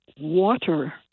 water